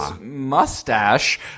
mustache